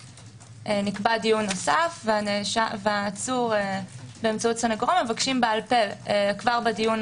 שנקבע דיון נוסף והעצור באמצעות סנגורו מבקשים בעל פה כבר בדיון